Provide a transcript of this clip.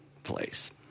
place